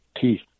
teeth